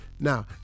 Now